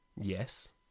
Yes